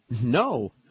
No